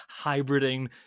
hybriding